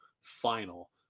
final